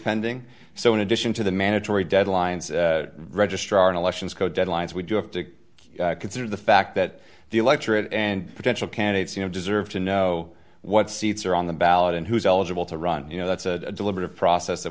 pending so in addition to the mandatory deadlines registrar elections code deadlines we do have to consider the fact that the electorate and potential candidates you know deserve to know what seats are on the ballot and who's eligible to run you know that's a deliberative process that